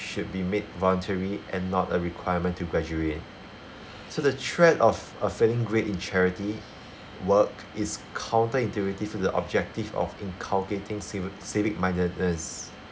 should be made voluntary and not a requirement to graduate so the threat of a failing grade in charity work is counter-intuitive to the objective of inculcating civic civic mindedness